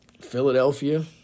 Philadelphia